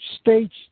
states